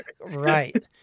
right